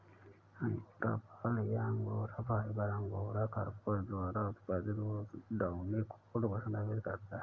angora बाल या angora fibre, angora खरगोश द्वारा उत्पादित डाउनी कोट को संदर्भित करता है